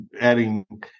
adding